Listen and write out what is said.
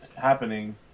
happening